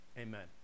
Amen